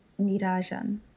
Nirajan